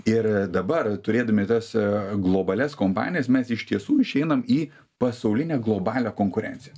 ir dabar turėdami tas globalias kompanijas mes iš tiesų išeinam į pasaulinę globalią konkurenciją